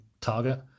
target